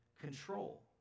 control